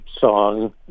song